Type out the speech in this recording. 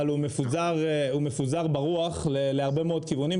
אבל הוא מפוזר ברוח להרבה מאוד כיוונים.